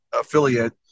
affiliate